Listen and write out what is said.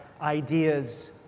ideas